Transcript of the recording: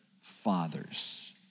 fathers